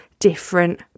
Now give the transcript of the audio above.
different